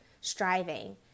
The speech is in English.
striving